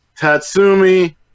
Tatsumi